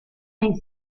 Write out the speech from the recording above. nei